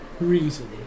reason